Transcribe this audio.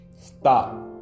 Stop